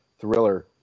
thriller